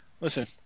Listen